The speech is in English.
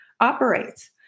operates